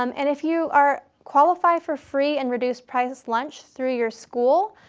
um and if you are qualified for free and reduced price lunch through your school,